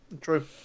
True